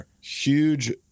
huge